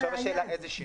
עכשיו השאלה, איזה שינוי.